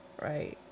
Right